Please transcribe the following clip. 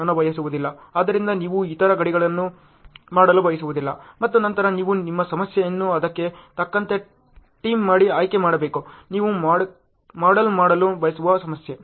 ಆದ್ದರಿಂದ ನೀವು ಇತರ ಗಡಿಗಳನ್ನು ಮಾಡಲು ಬಯಸುವುದಿಲ್ಲ ಮತ್ತು ನಂತರ ನೀವು ನಿಮ್ಮ ಸಮಸ್ಯೆಯನ್ನು ಅದಕ್ಕೆ ತಕ್ಕಂತೆ ಟ್ರಿಮ್ ಮಾಡಿ ಆಯ್ಕೆ ಮಾಡಬೇಕು ನೀವು ಮಾಡೆಲ್ ಮಾಡಲು ಬಯಸುವ ಸಮಸ್ಯೆ